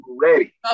ready